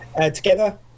together